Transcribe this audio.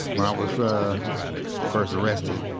when i was first arrested,